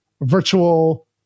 virtual